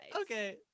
Okay